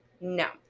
No